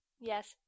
Yes